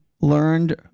learned